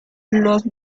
los